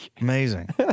Amazing